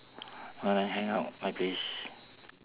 wanna hang out my place